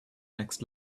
next